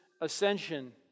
ascension